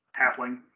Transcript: halfling